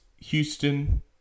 Houston